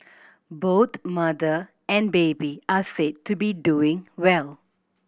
both mother and baby are said to be doing well